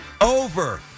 Over